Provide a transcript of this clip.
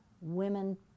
women